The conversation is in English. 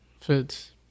fits